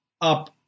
up